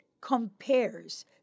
compares